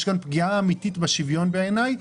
יש כאן פגיעה אמיתית בשוויון בעיניי,